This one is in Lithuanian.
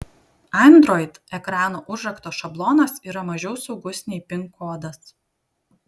android ekrano užrakto šablonas yra mažiau saugus nei pin kodas